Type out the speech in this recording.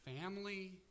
family